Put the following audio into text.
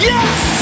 Yes